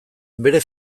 bere